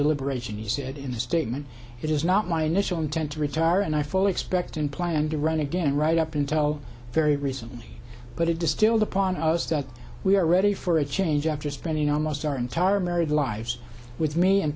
deliberation he said in a statement it is not my initial intent to retire and i fully expect and planned to run again right up until very recently but it distilled upon us that we are ready for a change after spending almost our entire married lives with me